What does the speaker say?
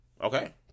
Okay